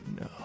no